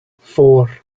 four